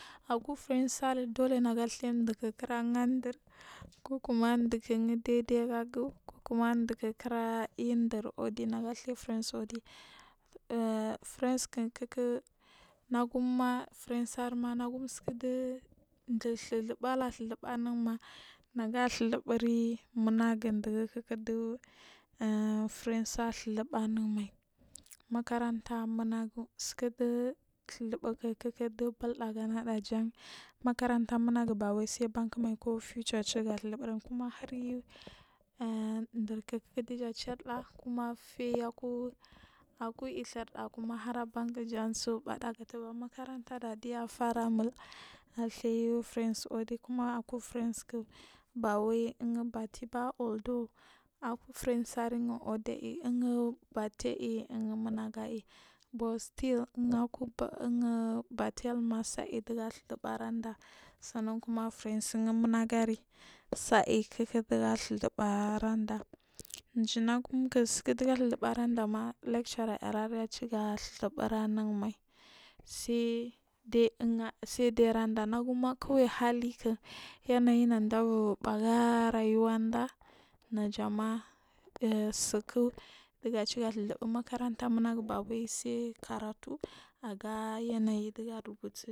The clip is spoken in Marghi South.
Aku friends ari nagu athiyi mdukura gadur kukuma mduku gu daidai gagu kokuma mduku kura dur wodi ga theya friends wodi ah friends ku ku naguma friends naguma suku mjiri thuthubari anuma nagu ala thuburi munagumai dugu kuku dugu friends athuthubu anun mai makaranta munagu suku du thuthubu kuku du bulda nada jan makaranta munagu bawal sa banku mai chitu galthukuhu kuma har yu durku duja huri ga chirda kuma fiya aku aku yithurda ma hara banku tsuvur bada makaranta yafara nrul atheyu friends wodi kuma aku friend ku bawai ungu bati ba although aku friends gu odiayi bate ayi munagu ayi but still ungu batin ma tsu ayi dugu alhuri aranda sanan kuma friends ungu munagari sayi kuku kura thuthubu aranda mjinagum suku dugu athuthubu arandama lecturer yaray achuga thuthun anun mai sai dugu saidai aranda kawai haluku yanayi duda uvuri bu aga rayuwarda nagama suku duga chuga thuthubu makaranta munagu bawai sai karatu aga yanayi dugu arubutu.